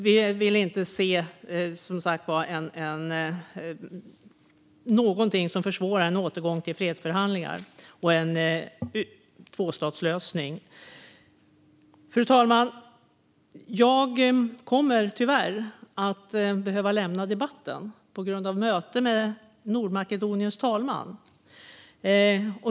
Vi vill inte se någonting som försvårar en återgång till fredsförhandlingar och en tvåstatslösning. Fru talman! Jag kommer tyvärr att behöva lämna debatten på grund av ett möte med Nordmakedoniens talman.